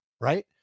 right